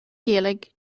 gaeilge